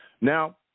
Now